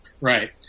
Right